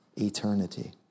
eternity